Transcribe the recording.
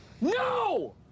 No